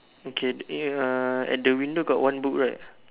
okay eh uh at the window got one book right